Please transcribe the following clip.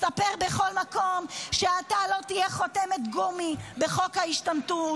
מספר בכל מקום שאתה לא תהיה חותמת גומי בחוק ההשתמטות,